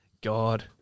God